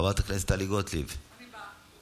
חברת הכנסת טלי גוטליב, בבקשה.